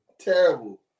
Terrible